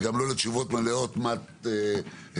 וגם לא לתשובות מלאות מה תעשו,